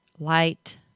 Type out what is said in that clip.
Light